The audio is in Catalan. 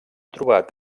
trobat